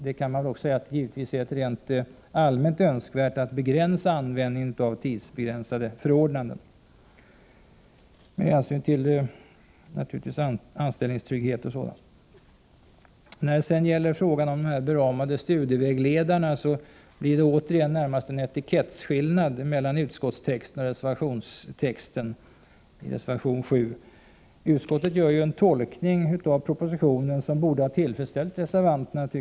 Det är givetvis också rent allmänt önskvärt att inskränka användningen av tidsbegränsade förordnanden, bl.a. med hänsyn till anställningstryggheten. När det sedan gäller frågan om de beramade studievägledarna blir det återigen närmast en etikettsskillnad mellan utskottstexten och texten i reservation 7. Utskottet gör en tolkning av propositionen som borde ha tillfredsställt reservanterna.